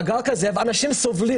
זה מעגל, ובסוף אנשים סובלים.